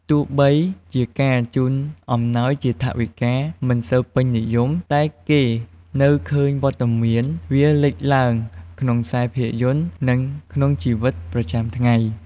ទោះបីជាការជូនអំណោយជាថវិកាមិនសូវពេញនិយម តែគេនៅឃើញវត្តមានវាលេចឡើងក្នុងខ្សែភាពយន្ត និងក្នុងជីវិតប្រចាំថ្ងៃ។